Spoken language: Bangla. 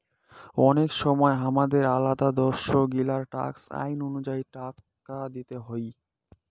অনেক সময় হামাদের আলাদা দ্যাশ গিলার ট্যাক্স আইন অনুযায়ী টাকা দিতে হউ